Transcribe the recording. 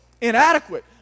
inadequate